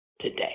today